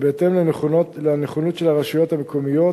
ובהתאם לנכונות של הרשויות המקומיות,